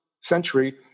century